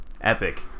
Epic